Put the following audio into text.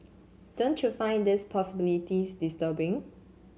don't you find these possibilities disturbing